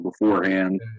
beforehand